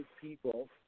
people